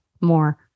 more